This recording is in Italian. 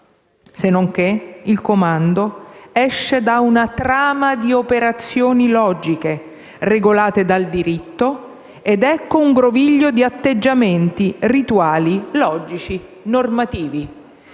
Senonché il comando esce da una trama di operazioni logiche regolate dal diritto ed ecco un groviglio di atteggiamenti, rituali, logici, normativi».